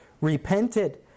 repented